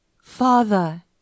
father